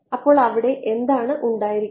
അപ്പോൾ എന്താണ് അവിടെ ഉണ്ടായിരിക്കേണ്ട